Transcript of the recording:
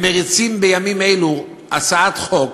הם מריצים בימים אלו הצעת חוק